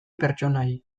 pertsonai